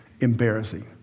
embarrassing